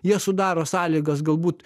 jie sudaro sąlygas galbūt